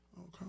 Okay